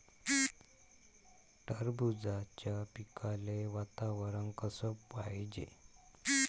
टरबूजाच्या पिकाले वातावरन कस पायजे?